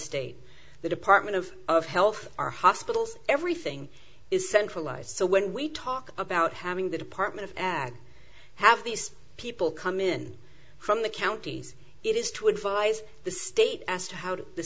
state the department of health our hospitals everything is centralized so when we talk about having the department of ag have these people come in from the counties it is to advise the state as to how to the